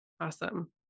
Awesome